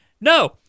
No